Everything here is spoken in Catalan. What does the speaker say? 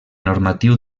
normatiu